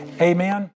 Amen